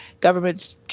governments